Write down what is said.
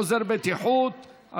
עוזר בטיחות),